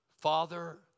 Father